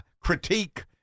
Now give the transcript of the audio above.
critique